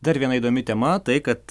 dar viena įdomi tema tai kad